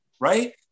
right